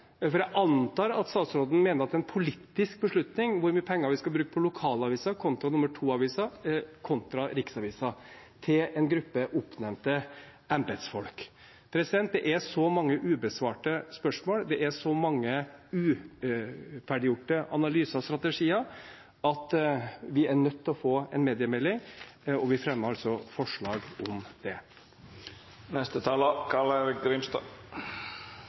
for jeg antar at statsråden mener det er en politisk beslutning hvor mye penger vi skal bruke på lokalaviser kontra nummer to-aviser kontra riksaviser – til en gruppe oppnevnte embetsfolk. Det er så mange ubesvarte spørsmål, og det er så mange uferdiggjorte analyser og strategier at vi er nødt til å få en mediemelding, og vi fremmer altså forslag om det.